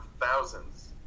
thousands